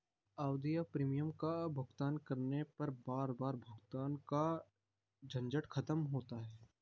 आवधिक प्रीमियम का भुगतान करने पर बार बार भुगतान का झंझट खत्म होता है